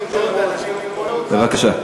בבקשה.